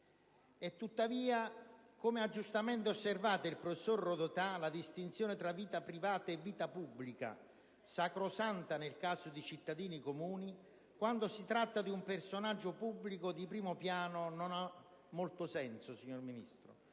Tuttavia, come ha giustamente osservato il professor Rodotà, la distinzione tra vita privata e vita pubblica, sacrosanta nel caso di cittadini comuni, quando si tratta di un personaggio pubblico di primo piano, non ha molto senso: sul caso